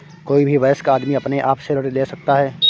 कोई भी वयस्क आदमी अपने आप से ऋण ले सकता है